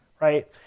right